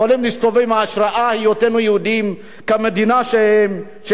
כמדינה שקודם כול מקבלת את האדם כאדם.